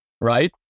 right